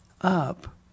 up